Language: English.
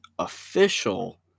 Official